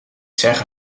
zeggen